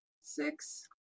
six